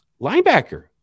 linebacker